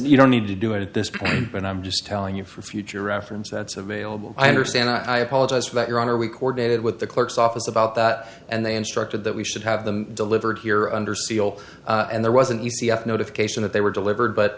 you don't need to do it at this point but i'm just telling you for future reference that's available i understand i apologize for that your honor we coordinated with the clerk's office about that and they instructed that we should have them delivered here under seal and there wasn't e c f notification that they were delivered but